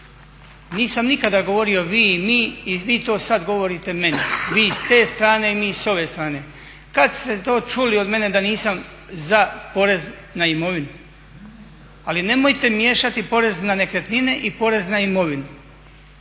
Nisam nikada govorio vi i mi i vi to sada govorite meni, vi s te strane, mi s ove strane. Kada ste to čuli od mene da nisam za porez na imovinu? Ali nemojte miješati porez na nekretnine i porez na imovinu.